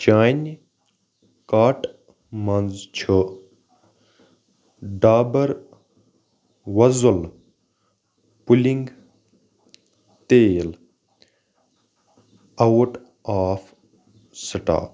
چانہِ کارٹ منٛز چھُ ڈابر وۄزُل پُلِنٛگ تیٖل آوُٹ آف سٕٹاک